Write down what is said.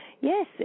Yes